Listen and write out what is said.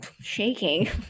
shaking